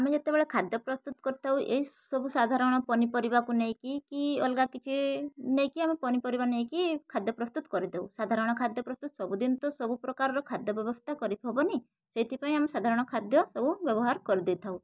ଆମେ ଯେତେବେଳେ ଖାଦ୍ୟ ପ୍ରସ୍ତୁତ କରିଥାଉ ଏହି ସବୁ ସାଧାରଣ ପନିପରିବାକୁ ନେଇକି କି ଅଲଗା କିଛି ନେଇକି ଆମେ ପନିପରିବା ନେଇକି ଖାଦ୍ୟ ପ୍ରସ୍ତୁତ କରି ଦଉ ସାଧାରଣ ଖାଦ୍ୟ ପ୍ରସ୍ତୁତ ସବୁଦିନ ତ ସବୁ ପ୍ରକାରର ଖାଦ୍ୟ ବ୍ୟବସ୍ଥା କରିହବନି ସେଇଥିପାଇଁ ଆମେ ସାଧାରଣ ଖାଦ୍ୟ ସବୁ ବ୍ୟବହାର କରି ଦେଇଥାଉ